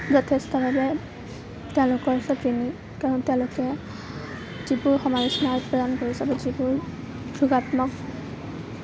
যথেষ্টভাৱে তেওঁলোকৰ ওচৰত ঋণী কাৰণ তেওঁলোকে যিবোৰ সমালোচনা প্ৰেৰণ কৰিছে বা যিবোৰ যোগাত্মক